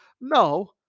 No